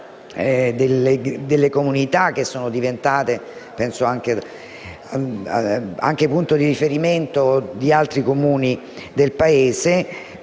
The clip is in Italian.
delle comunità che sono diventate punto di riferimento di altri Comuni del Paese,